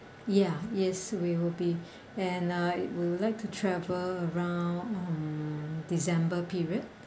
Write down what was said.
ya yes we will be and uh we would like to travel around uh december period